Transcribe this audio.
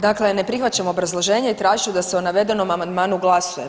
Dakle, ne prihvaćam obrazloženje i tražit ću da se o navedenom amandmanu glasuje.